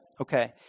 Okay